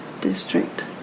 district